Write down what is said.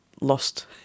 lost